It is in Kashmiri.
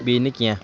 بیٚیہِ نہٕ کینٛہہ